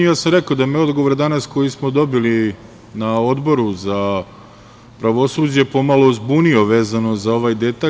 Ja sam rekao da me je odgovor danas koji smo dobili na Odboru za pravosuđe pomalo zbunio, vezano za ovaj detalj.